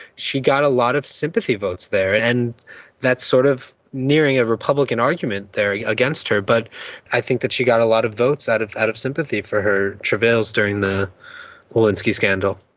she got a lot of sympathy votes there, and that's sort of nearing a republican argument there against her, but i think that she got a lot of votes out of out of sympathy for her travails during the lewinsky scandal.